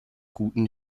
guten